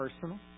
personal